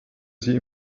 sie